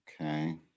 Okay